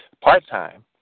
part-time